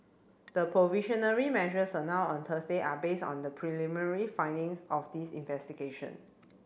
the provisional measures announced on Thursday are based on the preliminary findings of this investigation